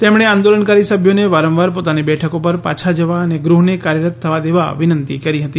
તેમણે આંદોલનકારી સભ્યોને વારંવાર પોતાની બેઠકો પર પાછા જવા અને ગૃહ્ને કાર્યરત થવા દેવા વિનંતી કરી હતી